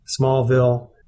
Smallville